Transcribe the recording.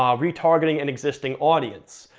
um retargeting an existing audience.